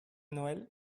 noël